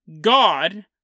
God